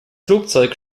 flugzeug